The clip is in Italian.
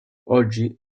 oggi